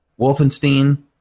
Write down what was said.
Wolfenstein